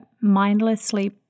mindlessly